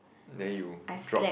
then you drop